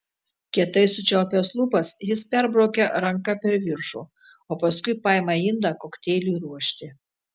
kietai sučiaupęs lūpas jis perbraukia ranka per viršų o paskui paima indą kokteiliui ruošti